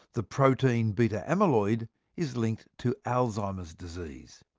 the protein beta-amyloid is linked to alzheimer's disease.